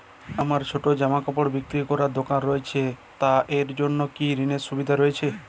আমার ছোটো জামাকাপড় বিক্রি করার দোকান রয়েছে তা এর জন্য কি কোনো ঋণের সুবিধে রয়েছে?